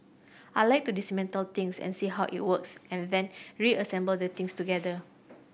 I like to dismantle things and see how it works and then reassemble the things together